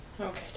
Okay